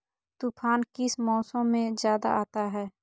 तूफ़ान किस मौसम में ज्यादा आता है?